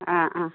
ആ ആ